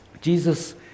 Jesus